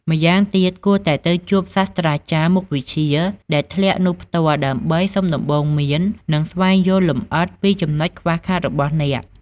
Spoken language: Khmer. ម្យ៉ាងទៀត គួរតែទៅជួបសាស្ត្រាចារ្យមុខវិជ្ជាដែលធ្លាក់នោះផ្ទាល់ ដើម្បីសុំដំបូន្មាន និងស្វែងយល់លម្អិតពីចំណុចខ្វះខាតរបស់អ្នក។